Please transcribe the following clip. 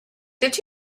did